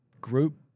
group